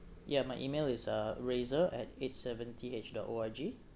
yeah my email is uh razor at eight seven T H dot O R G